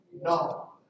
No